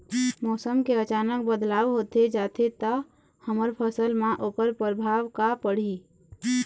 मौसम के अचानक बदलाव होथे जाथे ता हमर फसल मा ओकर परभाव का पढ़ी?